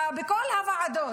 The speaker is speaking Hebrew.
בכל הוועדות.